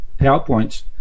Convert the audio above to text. PowerPoints